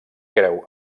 creu